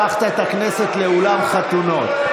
הפכת את הכנסת לאולם חתונות.